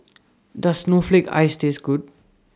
Does Snowflake Ice Taste Good